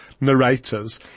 narrators